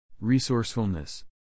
Resourcefulness